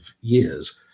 years